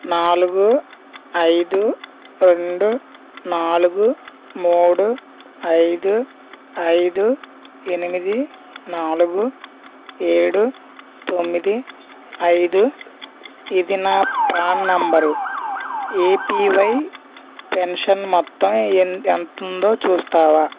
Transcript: నాలుగు ఐదు రెండు నాలుగు మూడు ఐదు ఐదు ఎనిమిది నాలుగు ఏడు తొమ్మిది ఐదు ఇది నా ప్రాన్ నెంబరు ఏపీవై పెన్షన్ మొత్తం ఎంత ఉందో చూస్తావా